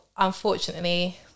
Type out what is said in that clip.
Unfortunately